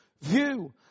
view